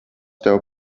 tev